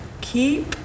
Keep